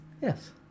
yes